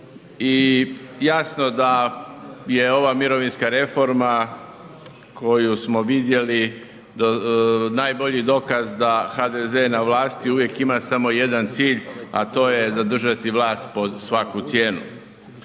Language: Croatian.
I jasno da je ova mirovinska reforma koju smo vidjeli najbolji dokaz da HDZ na vlasti uvijek ima samo jedan cilj, a to je zadržati vlast pod svaku cijenu.